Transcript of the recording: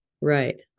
Right